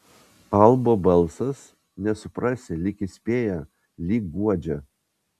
albo balsas nesuprasi lyg įspėja lyg guodžia